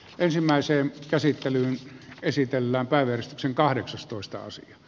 ensimmäisellä käsittelyllä esitellään päivystyksen kahdeksastoista vuosi